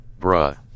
Bruh